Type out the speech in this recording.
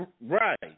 Right